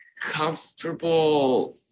comfortable